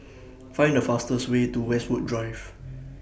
Find The fastest Way to Westwood Drive